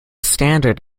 standard